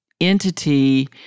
entity